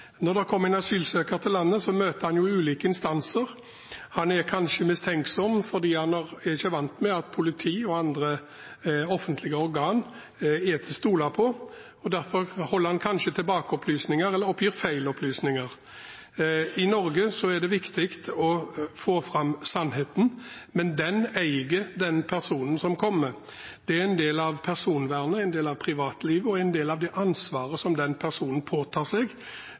Når det kommer en asylsøker til landet, møter han ulike instanser. Han er kanskje mistenksom fordi han ikke er vant til at politi og andre offentlige organ er til å stole på, og derfor holder han kanskje tilbake opplysninger eller oppgir feil opplysninger. I Norge er det viktig å få fram sannheten, men den eier den personen som kommer. Det er en del av personvernet, en del av privatlivet og en del av det ansvaret som den personen påtar seg